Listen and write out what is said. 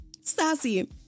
Sassy